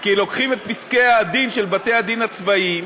כי לוקחים את פסקי-הדין של בתי-הדין הצבאיים